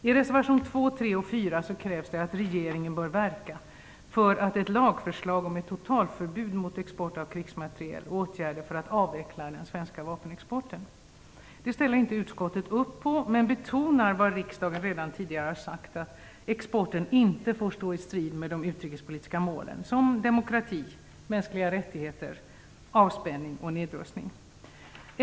I reservationerna 2, 3 och 4 krävs det att regeringen bör verka för ett lagförslag om ett totalförbud mot export av krigsmateriel och åtgärder för avveckling av den svenska vapenexporten. Det ställer inte utskottet upp på, men betonar vad riksdagen redan tidigare har sagt, att exporten inte får stå i strid med de utrikespolitiska målen som demokrati, mänskliga rättigheter, avspänning och nedrustning.